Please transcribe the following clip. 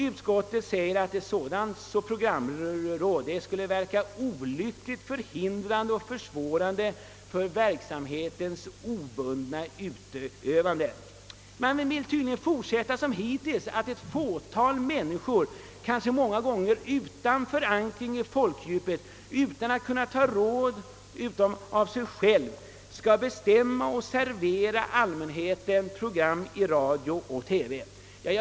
Utskottet skriver att ett sådant programråd skulle verka »olyckligt, förhindrande och försvårande för verksamhetens obundna utövande». Man vill tydligen fortsätta som hittills, att ett fåtal människor utan nämnvärd förankring i folkdjupet och utan att ta råd av andra än sig själva skall bestämma om och servera allmänheten program i radio och TV.